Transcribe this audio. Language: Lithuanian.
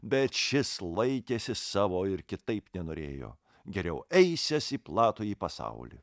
bet šis laikėsi savo ir kitaip nenorėjo geriau eisiąs į platųjį pasaulį